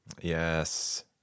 Yes